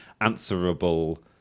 answerable